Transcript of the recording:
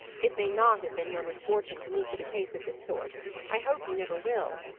it may not have been your misfortune to meet with a case of this sort i hope you never will.